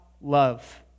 love